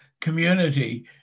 community